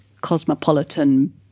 cosmopolitan